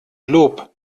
lob